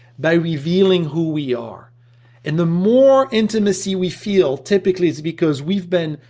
by revealing who we are and the more intimacy we feel, typically it's because we've been,